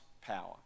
power